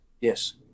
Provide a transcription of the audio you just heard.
Yes